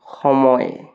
সময়